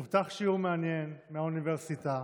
הובטח שיעור מעניין מהאוניברסיטה.